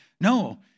no